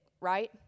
right